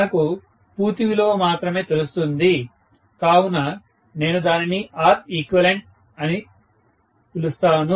మనకు పూర్తి విలువ మాత్రమే తెలుస్తుంది కావున నేను దానిని Req అని పిలుస్తాను